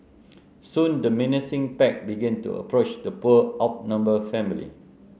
soon the menacing pack began to approach the poor outnumbered family